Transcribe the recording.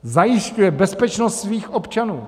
Zajišťuje bezpečnost svých občanů!